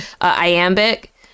Iambic